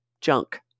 junk